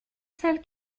celle